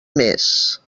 més